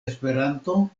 esperanto